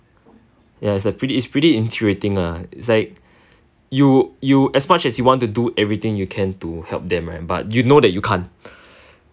ya is a pretty is pretty lah is like you you as much as you want to do everything you can to help them right but you know that you can't